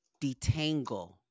detangle